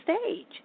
stage